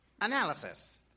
Analysis